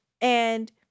and-